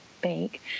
bake